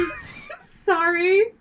Sorry